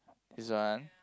this one